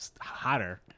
hotter